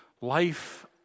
Life